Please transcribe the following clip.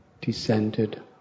descended